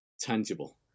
tangible